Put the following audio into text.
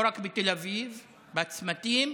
לא רק בתל אביב, בצמתים,